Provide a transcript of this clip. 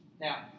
Now